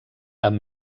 amb